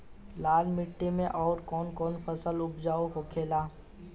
लाल माटी मे आउर कौन कौन फसल उपजाऊ होखे ला?